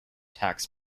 tax